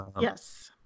Yes